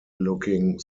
looking